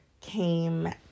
came